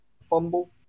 fumble